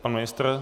Pan ministr?